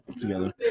together